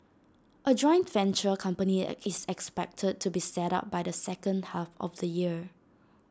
A joint venture company is expected to be set up by the second half of the year